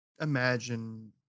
imagine